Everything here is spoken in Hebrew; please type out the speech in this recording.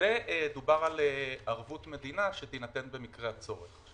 -- ודובר על ערבות מדינה שתינתן במקרה הצורך,